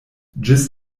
ĝis